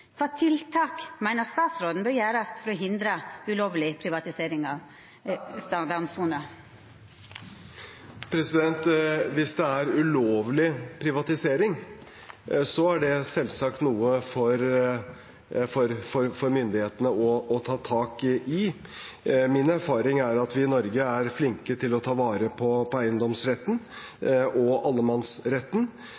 tiltak meiner statsråden bør gjerast for å hindra ulovleg privatisering av strandsona? Hvis det er ulovlig privatisering, er det selvsagt noe for myndighetene å ta tak i. Min erfaring er at vi i Norge er flinke til å ta vare på eiendomsretten